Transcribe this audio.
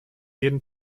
jeden